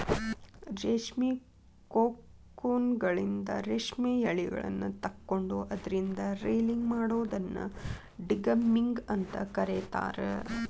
ರೇಷ್ಮಿ ಕೋಕೂನ್ಗಳಿಂದ ರೇಷ್ಮೆ ಯಳಿಗಳನ್ನ ತಕ್ಕೊಂಡು ಅದ್ರಿಂದ ರೇಲಿಂಗ್ ಮಾಡೋದನ್ನ ಡಿಗಮ್ಮಿಂಗ್ ಅಂತ ಕರೇತಾರ